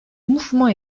mouvement